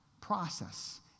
process